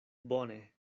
bone